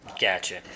Gotcha